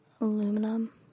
aluminum